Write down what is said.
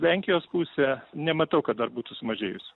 lenkijos pusė nematau kad dar būtų sumažėjus